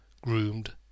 groomed